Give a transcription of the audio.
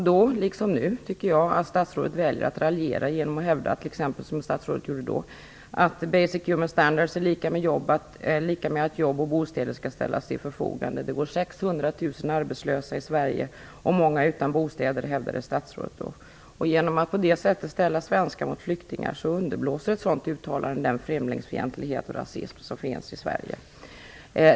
Då liksom nu väljer statsrådet att raljera genom att hävda att "basic human standards" innebär att jobb och bostäder skall ställas till förfogande. Det går 600 000 arbetslösa i Sverige och det är många som är utan bostäder, hävdade statsrådet då. Genom att på det sättet ställa svenskar mot flyktingar underblåser ett sådant uttalande den främlingsfientlighet och rasism som finns i Sverige.